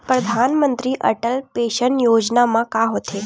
परधानमंतरी अटल पेंशन योजना मा का होथे?